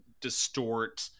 distort